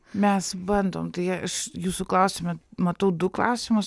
mes bandom tai aš jūsų klausime matau du klausimus